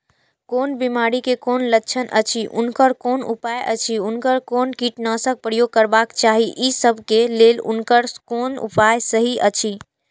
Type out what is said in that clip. कोन बिमारी के कोन लक्षण अछि उनकर कोन उपाय अछि उनकर कोन कीटनाशक प्रयोग करबाक चाही ई सब के लेल उनकर कोन उपाय सहि अछि?